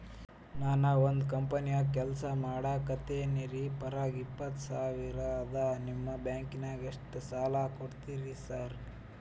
ನಾನ ಒಂದ್ ಕಂಪನ್ಯಾಗ ಕೆಲ್ಸ ಮಾಡಾಕತೇನಿರಿ ಪಗಾರ ಇಪ್ಪತ್ತ ಸಾವಿರ ಅದಾ ನಿಮ್ಮ ಬ್ಯಾಂಕಿನಾಗ ಎಷ್ಟ ಸಾಲ ಕೊಡ್ತೇರಿ ಸಾರ್?